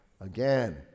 Again